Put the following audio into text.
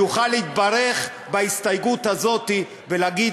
יוכל להתברך בהסתייגות הזאת ולהגיד,